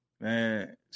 man